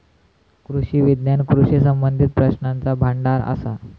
कृषी विज्ञान कृषी संबंधीत प्रश्नांचा भांडार असा